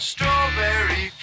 Strawberry